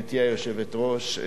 גברתי היושבת-ראש,